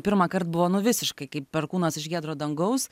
pirmąkart buvo nu visiškai kaip perkūnas iš giedro dangaus